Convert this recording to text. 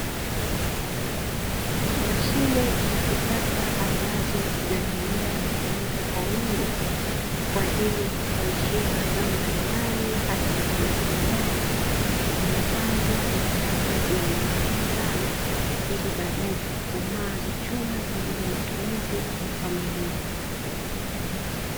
Mashine za kisasa ambazo zinaendelea kutumika kwa wingi kwaajii ya kustawishia mazao mbalimbali haswa mboga za majani zimepandwa na sasa zinaendelea kustawi ili baadae zikikomaa zichumwe kwaajili ya matumizi ya familia.